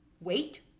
Wait